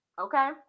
Okay